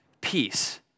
peace